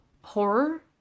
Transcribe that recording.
horror